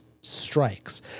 strikes